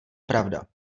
pravda